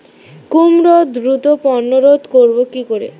কুমড়োর দ্রুত পতন রোধ করব কি করে?